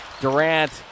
Durant